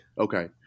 Okay